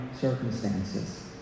circumstances